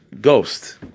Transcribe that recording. ghost